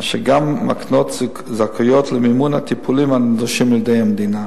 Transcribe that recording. אשר גם מקנות זכאויות למימון הטיפולים הנדרשים על-ידי המדינה.